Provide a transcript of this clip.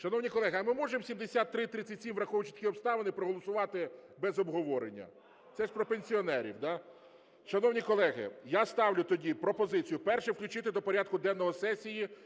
Шановні колеги, а ми можемо 7337, враховуючи такі обставини, проголосувати без обговорення? Це ж про пенсіонерів, да? Шановні колеги, я ставлю тоді пропозицію, перше, включити до порядку денного сесії